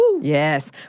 Yes